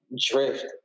Drift